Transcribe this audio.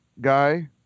guy